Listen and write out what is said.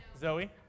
Zoe